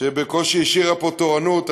שבקושי השאירה פה תורנות,